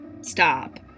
stop